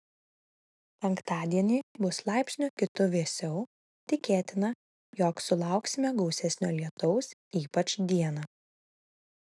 penktadienį bus laipsniu kitu vėsiau tikėtina jog sulauksime gausesnio lietaus ypač dieną